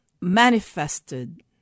manifested